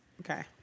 okay